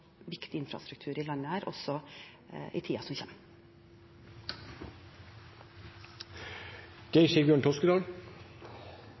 viktig infrastruktur i dette landet også i tiden som